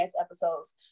episodes